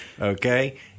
Okay